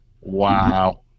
Wow